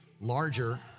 larger